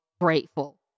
grateful